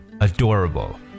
adorable